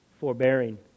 forbearing